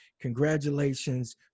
congratulations